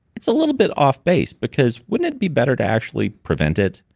it's a little bit off base. because wouldn't it be better to actually prevent it?